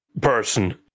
person